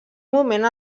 moment